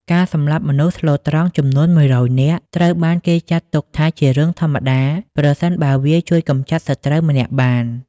ការសម្លាប់មនុស្សស្លូតត្រង់ចំនួន ១០០ នាក់ ត្រូវបានគេចាត់ទុកថាជារឿងធម្មតា ប្រសិនបើវាជួយកម្ចាត់សត្រូវម្នាក់បាន។